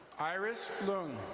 iris lume.